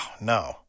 no